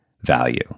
value